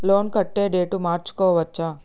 Loan కట్టే date మార్చుకోవచ్చా?